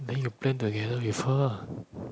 then you plan together with her lah